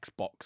Xbox